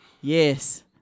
Yes